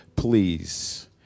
Please